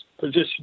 position